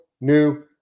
new